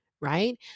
right